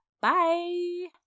Bye